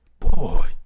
Boy